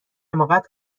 حماقت